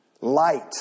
light